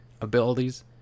abilities